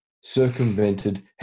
circumvented